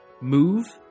move